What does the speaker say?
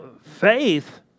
faith